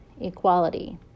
Equality